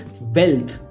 wealth